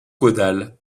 caudales